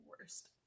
worst